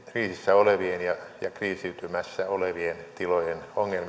olevien ja ja kriisiytymässä olevien tilojen